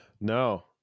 No